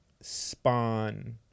spawn